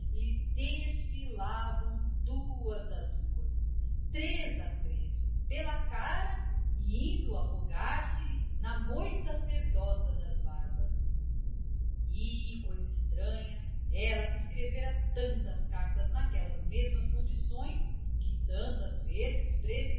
desfilavam duas a duas três a três pela cara indo afogar se lhe na moita cerdosa das barbas e coisa estranha ela que escrevera tantas cartas naquelas mesmas condições que tantas vezes